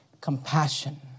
compassion